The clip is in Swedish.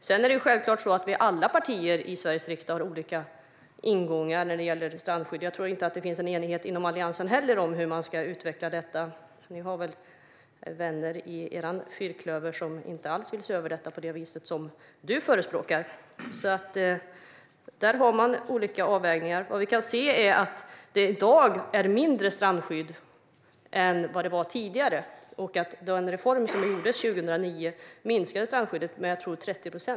Det är självklart att vi alla partier i Sveriges riksdag har olika ingångar när det gäller strandskydd. Jag tror inte att det finns någon enighet inom Alliansen heller om hur man ska utveckla detta. Ni har väl vänner inom er fyrklöver som inte alls vill se över strandskyddet på det vis som du förespråkar. Där görs det olika avvägningar. I dag kan vi se att strandskyddet är mindre än tidigare. Det var en reform som genomfördes 2009 då man minskade strandskyddet med 30 procent.